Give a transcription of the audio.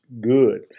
good